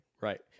right